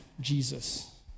Jesus